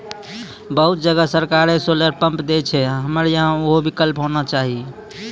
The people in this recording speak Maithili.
बहुत जगह सरकारे सोलर पम्प देय छैय, हमरा यहाँ उहो विकल्प होना चाहिए?